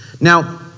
Now